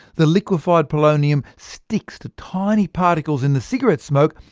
the liquefied polonium sticks to tiny particles in the cigarette smoke,